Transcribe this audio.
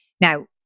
Now